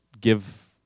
give